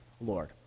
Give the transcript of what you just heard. Lord